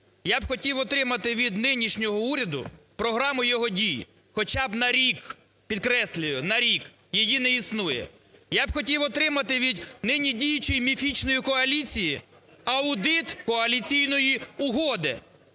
Я б хотів отримати від нинішнього уряду програму його дій хоча б на рік, підкреслюю, на рік. Її не існує. Я б хотів отримати від нині діючої міфічної коаліції, аудит коаліційної угоди,